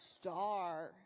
star